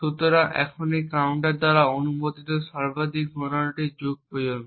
সুতরাং এই কাউন্টার দ্বারা অনুমোদিত সর্বাধিক গণনাটি যুগ পর্যন্ত